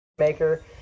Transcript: maker